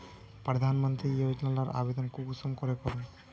प्रधानमंत्री योजना लार आवेदन कुंसम करे करूम?